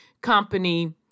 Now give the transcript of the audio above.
Company